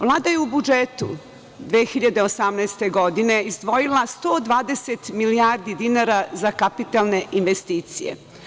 Vlada je u budžetu 2018. godine izdvojila 120 milijardi dinara za kapitalne investicije.